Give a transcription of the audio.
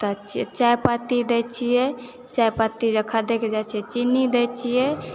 तऽ चायपत्ती दैत छियै चायपत्ती जब खधकि जैत छै चीनी दैत छियै